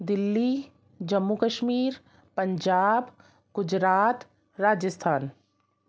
Delhi Jammu Kashmir Punjab Gujarat Rajasthan